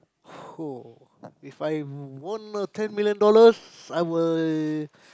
!woah! if I won ten million dollars I will